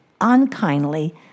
unkindly